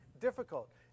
difficult